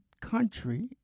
country